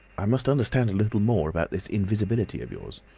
i must understand a little more about this invisibility of yours.